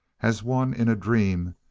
as one in a dream,